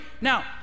Now